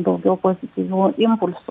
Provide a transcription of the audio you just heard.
daugiau pozityvių impulsų